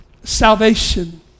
Salvation